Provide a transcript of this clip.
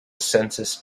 census